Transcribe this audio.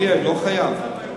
לא חייב.